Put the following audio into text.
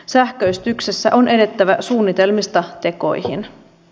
sähköistyksessä on edettävä suunnitelmista tekoihin